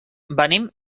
venim